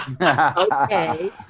Okay